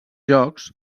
jocs